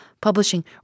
publishing